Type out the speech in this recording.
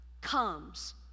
comes